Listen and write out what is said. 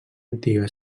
antiga